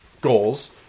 goals